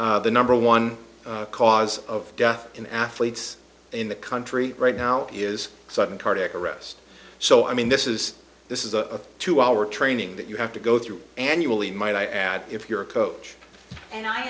the number one cause of death in athletes in the country right now is sudden cardiac arrest so i mean this is this is a two hour training that you have to go through annually might i add if you're a coach and i